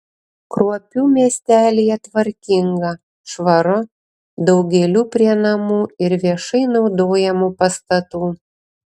kruopių miestelyje tvarkinga švaru daug gėlių prie namų ir viešai naudojamų pastatų